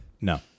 No